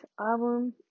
album